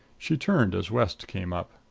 she turned as west came up.